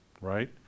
right